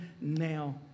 now